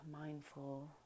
mindful